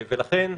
לכן,